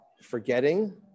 forgetting